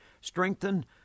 strengthen